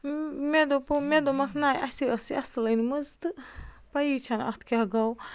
مےٚ دوٚپو مےٚ دوٚپُکھ نَہ اَسے ٲس یہِ اَصٕل أنۍ مٕژ تہٕ پَیی چھَنہٕ اَتھ کیٛاہ گوٚو